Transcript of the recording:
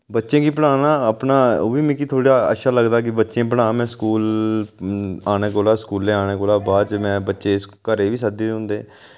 बच्चें गी पढ़ाना अपना ओह् बी मिकी थोह्ड़ा अच्छा लगदा कि बच्चें पढ़ां में स्कूल औने कोला स्कूलूं औने कोला बाद च में बच्चे घर बी सद्दे होंदे